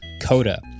Coda